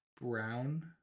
brown